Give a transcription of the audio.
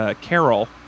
Carol